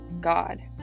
God